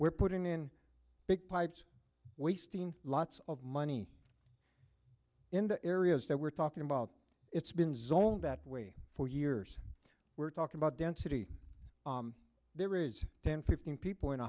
we're putting in big pipes wasting lots of money in the areas that we're talking about it's been zoned that way for years we're talking about density there is ten fifteen people in a